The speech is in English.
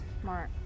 smart